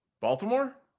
Baltimore